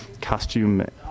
costume